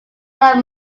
love